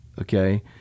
okay